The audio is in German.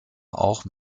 auch